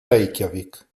reykjavík